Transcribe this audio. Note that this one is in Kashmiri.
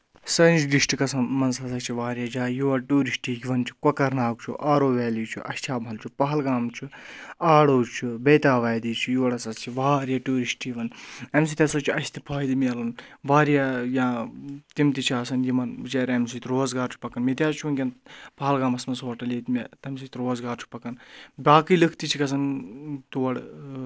سٲنِس ڈِسٹرکَس منٛز ہَسا چھِ واریاہ جایہِ یور ٹوٗرِسٹ یِوَان چھُ کۄکَرناگ چھُ آرو ویلی چھُ اچھابَل چھُ پہلگام چھُ آڈو چھُ بیتاب ویلی چھُ یور ہَسا چھِ واریاہ ٹوٗرِسٹ یِوَان اَمہِ سۭتۍ ہَسا چھُ اَسہِ تہِ فٲیدٕ مِلان واریاہ یا تِم تہِ چھِ آسَان یِمَن بِچارؠن اَمہِ سۭتۍ روزگار چھُ پَکَان مےٚ تہِ حظ چھُ وٕنکیٚن پہلگامَس منٛز ہوٹَل ییٚتہِ مےٚ تَمہِ سۭتۍ روزگار چھُ پَکَان باقٕے لٕکھ تہِ چھِ گژھان تور